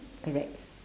correct